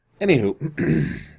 Anywho